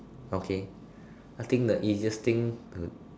okay I think the easiest thing